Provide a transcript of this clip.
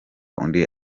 undi